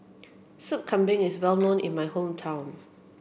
Sop Kambing is well known in my hometown